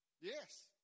Yes